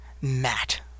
Matt